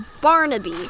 Barnaby